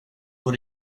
och